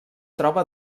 troba